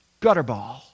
Gutterball